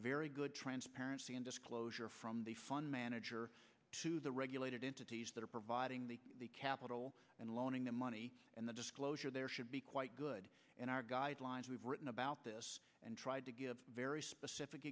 very good transparency and disclosure from the fund manager to the regulated entities that are providing the capital and loaning the money and the disclosure there should be quite good in our guidelines we've written about this and tried to give very specific